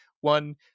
one